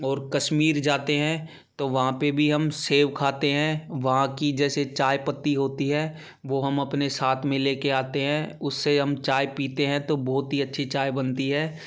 और कश्मीर जाते हैं तो वहाँ पर भी हम सेब खाते हैं वहाँ की जैसे चाय पत्ती होती है वह हम अपने साथ में लेकर आते हैं उससे हम चाय पीते हैं तो बहुत ही अच्छी चाय बनती है